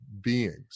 beings